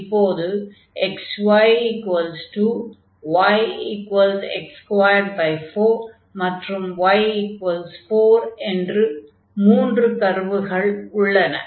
இப்போது xy2yx24 மற்றும் y4 என்ற மூன்று கர்வுகள் உள்ளன